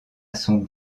son